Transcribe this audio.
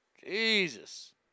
Jesus